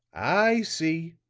i see,